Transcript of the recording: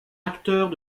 acteurs